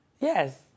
Yes